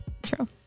True